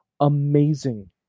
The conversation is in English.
amazing